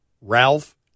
Ralph